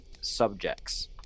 subjects